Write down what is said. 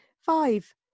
Five